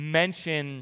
mention